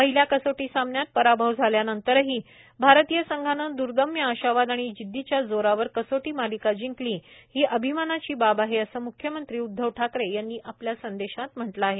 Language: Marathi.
पहिल्या कसोटी सामन्यात पराभव झाल्यानंतरही भारतीय संघानं दर्दम्य आशावाद आणि जिद्दीच्या जोरावर कसोटी मालिका जिंकली ही अभिमानाची बाब आहे असं मुख्यमंत्री उद्धव ठाकरे यांनी आपल्या संदेशात म्हटलं आहे